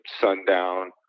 sundown